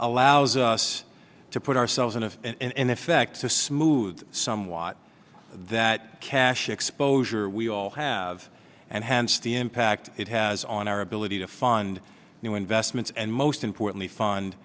allows us to put ourselves in a and effect to smooth somewhat that cash exposure we all have and hence the impact it has on our ability to fund new investments and most importantly fund